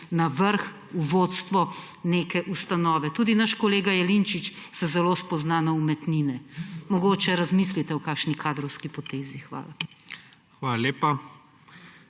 na vrh, v vodstvo neke ustanove. Tudi naš kolega Jelinčič se zelo spozna na umetnine. Mogoče razmislite o kakšni kadrovski potezi. Hvala.